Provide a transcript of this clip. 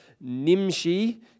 Nimshi